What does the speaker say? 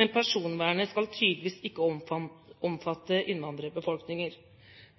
Men personvernet skal tydeligvis ikke omfatte innvandrerbefolkningen.